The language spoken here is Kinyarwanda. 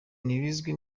ntibizwi